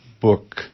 book